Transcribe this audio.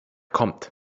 kommt